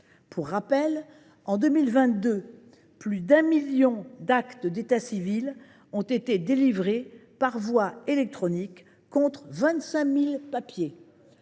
Pour rappel, en 2022, plus d’un million d’actes d’état civil ont été délivrés par voie électronique, contre 25 000 sur papier.